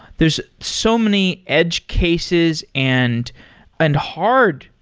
there's so many edge cases and and hard,